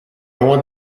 want